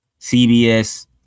CBS